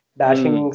dashing